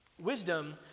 Wisdom